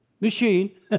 machine